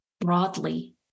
broadly